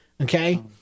Okay